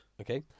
Okay